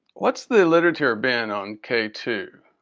what's the literature been on k two